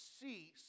cease